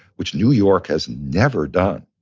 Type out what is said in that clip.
which new york has never done.